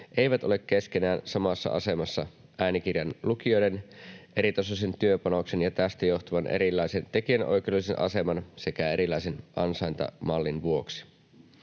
eivät ole keskenään samassa asemassa äänikirjan lukijoiden eritasoisen työpanoksen ja tästä johtuvan erilaisen tekijänoikeudellisen aseman sekä erilaisen ansaintamallin vuoksi.